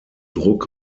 druck